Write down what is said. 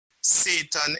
Satan